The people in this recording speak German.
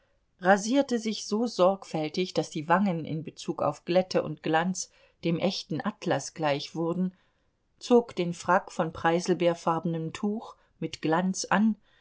rasierte sich so sorgfältig daß die wangen in bezug auf glätte und glanz dem echten atlas gleich wurden zog den frack von preißelbeerfarbenem tuch mit glanz an